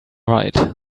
right